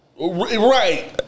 Right